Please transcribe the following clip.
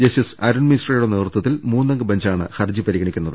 justice അരുൺമിശ്രയുടെ നേതൃത്വത്തിൽ മൂന്നംഗ ബെഞ്ചാണ് ഹർജി പരിഗണിക്കുന്നത്